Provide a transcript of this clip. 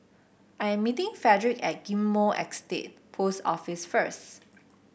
I'm meeting Fredrick at Ghim Moh Estate Post Office first